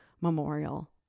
memorial